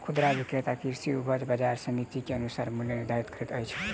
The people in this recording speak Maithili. खुदरा विक्रेता कृषि उपज बजार समिति के अनुसार मूल्य निर्धारित करैत अछि